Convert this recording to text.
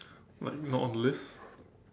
like not on the lift